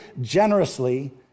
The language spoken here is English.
generously